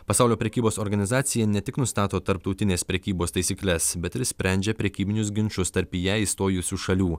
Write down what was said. pasaulio prekybos organizacija ne tik nustato tarptautinės prekybos taisykles bet ir sprendžia prekybinius ginčus tarp į ją įstojusių šalių